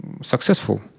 successful